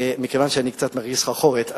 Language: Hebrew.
ומכיוון שאני קצת מרגיש סחרחורת,